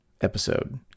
episode